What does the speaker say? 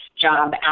job